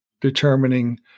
determining